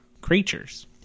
creatures